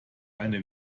eine